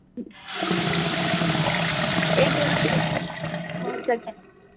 एक दो रुपया हो सकता है